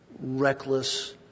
reckless